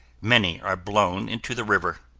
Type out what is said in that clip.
many are blown into the river.